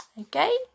okay